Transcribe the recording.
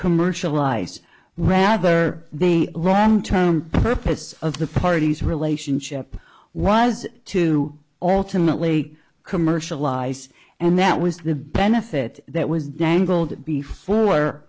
commercialise rather they long term purpose of the party's relationship was to alternately commercialized and that was the benefit that was dangled before